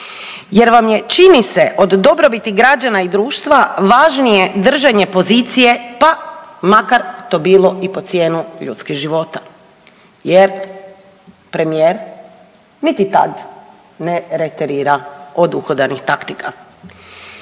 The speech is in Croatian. Jer vam je čini se od dobrobiti građana i društva važnije držanje pozicije pa makar to bilo i po cijenu ljudskih života. Jer premijer niti tad ne reterira od uhodanih taktika.